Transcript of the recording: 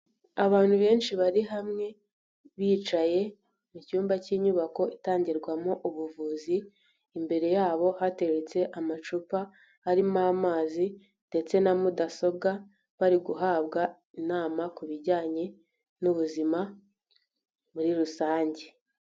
Abantu benshi bari hamwe bicaye mu cyumba cy'inyubako itangirwamo ubuvuzi, imbere yabo hateretse amacupa arimo amazi ndetse na mudasobwa, bari guhabwa inama kubijyanye n'ubuzima muri rusange.